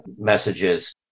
messages